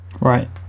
Right